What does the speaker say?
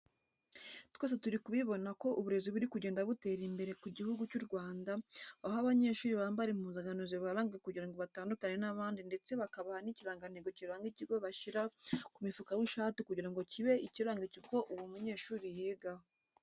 Twese turi kubibona ko uburezi buri kugenda butera imbere mu Gihugu cy'u Rwanda, aho abanyeshuri bambara impuzankano zibaranga kugira ngo batandukane n'abandi ndetse bakabaha n'ikirangantego kiranga ikigo bashyira ku mufuka w'ishati kugira ngo kibe ikiranga ikigo uwo munyeshuri yigaho.